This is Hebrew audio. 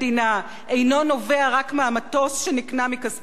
רק מהמטוס שנקנה מכספי הסיוע האמריקני,